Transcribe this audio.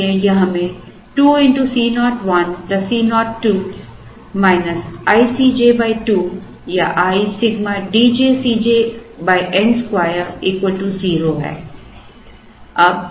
इसलिए यह हमें 2 x C 0 1 C 0 2 i C j 2 या i Σ D j C j n 2 0 है